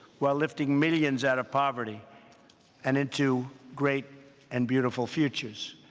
while lifting millions out of poverty and into great and beautiful futures.